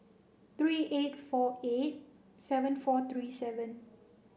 three eight four eight seven four three seven